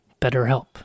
BetterHelp